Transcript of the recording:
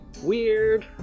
weird